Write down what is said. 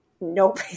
Nope